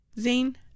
Zane